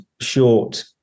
short